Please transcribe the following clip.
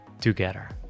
together